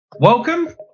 Welcome